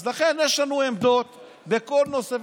אז לכן יש לנו עמדות בכל נושא,